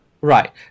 Right